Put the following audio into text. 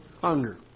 Hunger